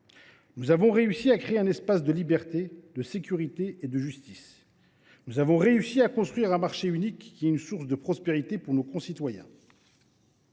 Nous avons réussi à créer un espace de liberté, de sécurité et de justice. Nous avons réussi à construire un marché unique, qui est une source de prospérité pour nos concitoyens.